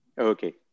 okay